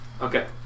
Okay